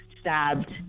stabbed